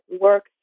work